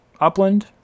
Upland